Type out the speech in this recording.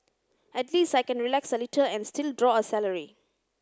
at least I can relax a little and still draw a salary